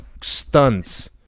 stunts